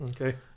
Okay